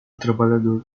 trabalhador